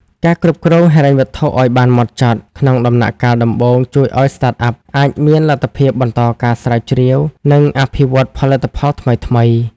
ការគ្រប់គ្រងហិរញ្ញវត្ថុឱ្យបានម៉ត់ចត់ក្នុងដំណាក់កាលដំបូង ជួយឱ្យ Startup អាចមានលទ្ធភាពបន្តការស្រាវជ្រាវ និងអភិវឌ្ឍន៍ផលិតផលថ្មីៗ។